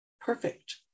perfect